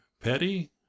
petty